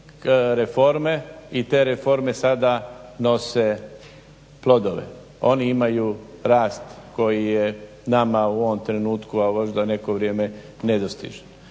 reforme i te reforme sada nose plodove. Oni imaju rast koji je nama u ovom trenutku a možda neko vrijeme nedostižan.